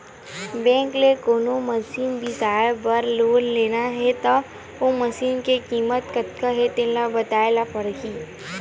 bank ले कोनो machine बिसाए बर लोन लेना हे त ओ मसीनी के कीमत कतका हे तेन ल बताए ल परही